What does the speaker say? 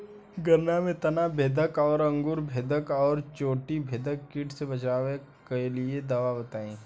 गन्ना में तना बेधक और अंकुर बेधक और चोटी बेधक कीट से बचाव कालिए दवा बताई?